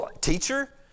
teacher